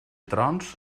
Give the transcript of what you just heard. trons